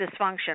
dysfunction